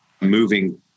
moving